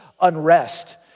unrest